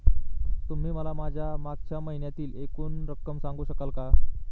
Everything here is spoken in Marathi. तुम्ही मला माझ्या मागच्या महिन्यातील एकूण रक्कम सांगू शकाल का?